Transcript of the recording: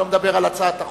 אני לא מדבר על הצעת החוק,